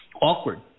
awkward